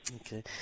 Okay